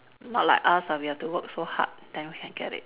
not like us ah we have to work so hard then we can get it